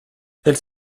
elles